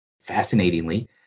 Fascinatingly